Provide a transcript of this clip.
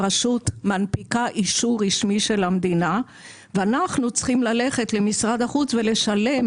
הרשות מנפיקה אישור רשמי של המדינה ואנחנו צריכים ללכת למשרד החוץ ולשלם